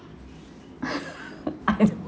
I don't